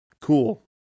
cool